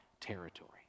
territory